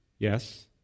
Yes